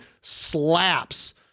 slaps